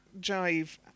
jive